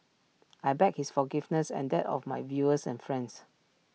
I beg his forgiveness and that of my viewers and friends